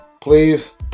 please